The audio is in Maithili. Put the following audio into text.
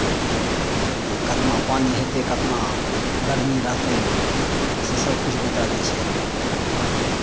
जे केतना पानि हेतै केतना गरमी रहतै से सभकिछु बताए दै छै